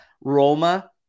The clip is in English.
Roma